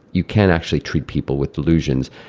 you can actually treat people with delusions,